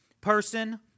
person